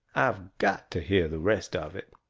i've got to hear the rest of it.